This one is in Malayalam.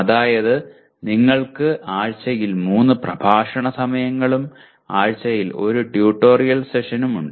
അതായത് നിങ്ങൾക്ക് ആഴ്ചയിൽ 3 പ്രഭാഷണ സമയങ്ങളും ആഴ്ചയിൽ 1 ട്യൂട്ടോറിയൽ സെഷനും ഉണ്ട്